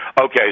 Okay